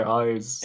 eyes